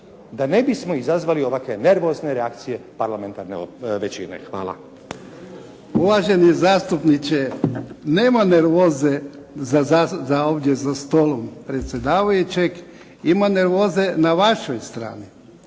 da ne bismo izazvali ovakve nervozne reakcije parlamentarne većine. Hvala. **Jarnjak, Ivan (HDZ)** Uvaženi zastupniče, nema nervoze ovdje za stolom predsjedavajućeg. Ima nervoze na vašoj strani.